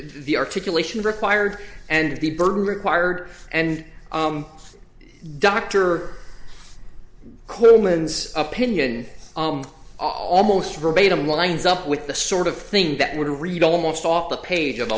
the articulation required and the burden required and doctor coleman's opinion almost verbatim lines up with the sort of thing that would read almost off the page